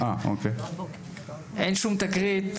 אין שום תקרית,